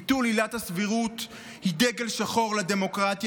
ביטול עילת הסבירות הוא דגל שחור לדמוקרטיה